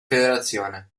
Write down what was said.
federazione